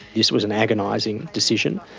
this was an agonising decision,